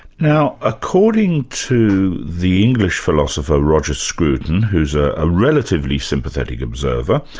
now according to the english philosopher, roger scruton, who's a ah relatively sympathetic observer,